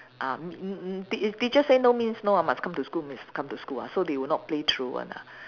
ah m~ m~ m~ if teacher say no means no ah must come to school means come to school ah so they will not play truant ah